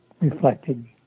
reflected